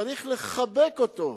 צריך לחבק אותו,